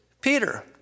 Peter